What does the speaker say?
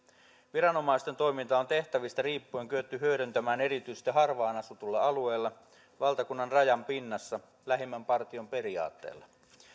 viranomaisten yhteistoimintaa on tehtävistä riippuen kyetty hyödyntämään erityisesti harvaan asutuilla alueilla valtakunnan rajan pinnassa lähimmän partion periaatteella